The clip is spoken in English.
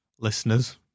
listeners